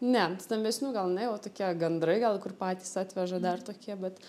ne stambesnių gal ne jau tokie gandrai gal kur patys atveža dar tokie bet